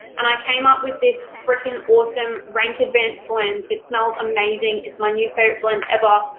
and i came up with this frickin' awesome rank advance blend. it smells amazing. it's my new favorite blend ever,